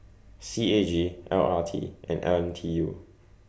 C A G L R T and L N T U